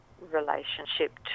relationship